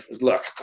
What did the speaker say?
Look